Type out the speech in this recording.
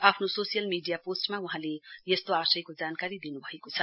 आफ्नो social media पोस्टमा वहाँले यस्तो आशयको जानकारी दिन्भएको छ